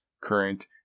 current